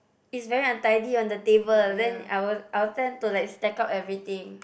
it's very untidy on the table then I will I will tend to like stack up everything